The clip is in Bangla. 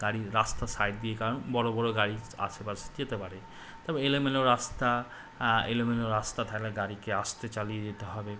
গাড়ির রাস্তার সাইড দিয়ে কারণ বড়ো বড়ো গাড়ির আশেপাশে যেতে পারে তবে এলোমেলো রাস্তা এলোমেলো রাস্তা থাকলে গাড়িকে আসতে চালিয়ে যেতে হবে